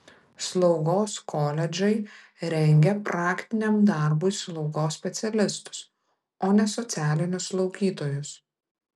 slaugos koledžai rengia praktiniam darbui slaugos specialistus o ne socialinius slaugytojus